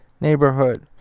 neighborhood